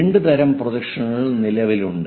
രണ്ട് തരം പ്രൊജക്ഷനുകൾ നിലവിലുണ്ട്